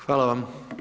Hvala vam.